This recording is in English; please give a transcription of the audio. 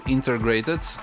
Integrated